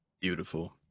Beautiful